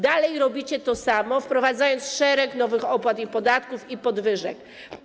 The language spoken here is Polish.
Dalej robicie to samo, wprowadzając szereg nowych opłat i podatków oraz podwyżek.